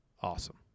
awesome